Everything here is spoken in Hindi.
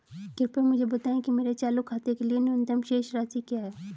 कृपया मुझे बताएं कि मेरे चालू खाते के लिए न्यूनतम शेष राशि क्या है